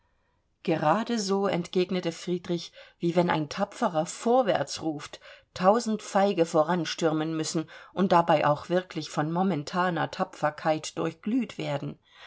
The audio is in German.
gerade so entgegnete friedrich wie wenn ein tapferer vorwärts ruft tausend feige voranstürmen müssen und dabei auch wirklich von momentaner tapferkeit durchglüht werden